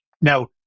Now